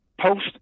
post